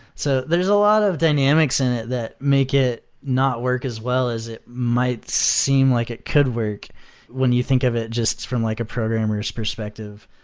so theirs is a lot of dynamics in it that make it not work as well as it might seem like it could work when you think of it just from like a programmer s perspective,